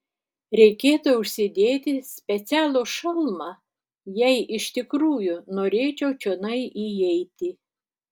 reikėtų užsidėti specialų šalmą jei iš tikrųjų norėčiau čionai įeiti